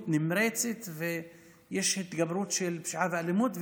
נמרצת ויש התגברות של פשיעה ואלימות.